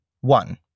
One